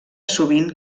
sovint